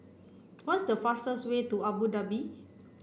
what's the fastest way to Abu Dhabi